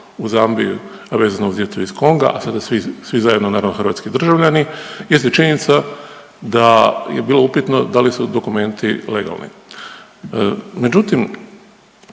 u Zambiji, a vezano uz djecu iz Konga, a sada svi, svi zajedno naravno hrvatski državljani, jeste činjenica da je bilo upitno da li su dokumenti legalni. Međutim,